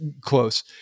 close